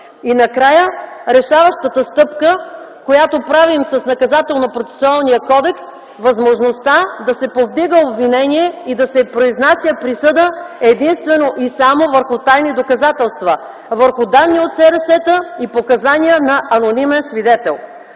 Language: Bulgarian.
И накрая – решаващата стъпка, която правим с Наказателно-процесуалния кодекс – възможността да се повдига обвинение и да се произнася присъда единствено и само върху тайни доказателства, върху данни СРС-та и показания на анонимен свидетел.